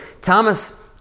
Thomas